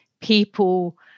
people